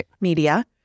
media